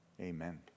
amen